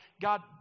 God